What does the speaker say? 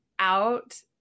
out